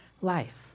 life